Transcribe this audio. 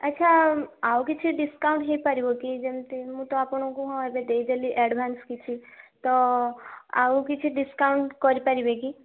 ଆଚ୍ଛା ଆଉ କିଛି ଡିସକାଉଣ୍ଟ ହେଇପାରିବ କି ଯେମିତି ମୁଁ ତ ଆପଣଙ୍କୁ ହଁ ଏବେ ଦେଇଦେଲି ଆଡ଼ଭାନ୍ସ କିଛି ତ ଆଉକିଛି ଡିସକାଉଣ୍ଟ କରିପାରିବେ କି